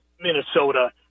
Minnesota